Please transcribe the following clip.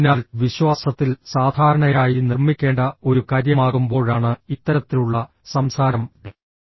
അതിനാൽ വിശ്വാസത്തിൽ സാധാരണയായി നിർമ്മിക്കേണ്ട ഒരു കാര്യമാകുമ്പോഴാണ് ഇത്തരത്തിലുള്ള സംസാരം വരുന്നത്